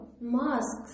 masks